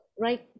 right